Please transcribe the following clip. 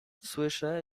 słyszę